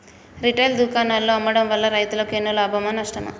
Retail దుకాణాల్లో అమ్మడం వల్ల రైతులకు ఎన్నో లాభమా నష్టమా?